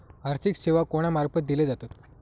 आर्थिक सेवा कोणा मार्फत दिले जातत?